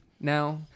now